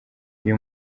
uyu